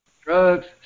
Drugs